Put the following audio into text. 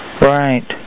Right